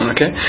Okay